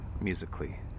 musically